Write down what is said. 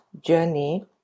journey